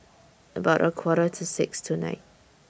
about A Quarter to six tonight